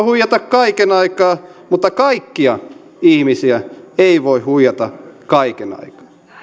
huijata kaiken aikaa mutta kaikkia ihmisiä ei voi huijata kaiken aikaa